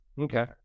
Okay